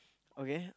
okay